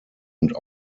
und